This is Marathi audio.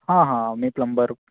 हा हा मी प्लंबर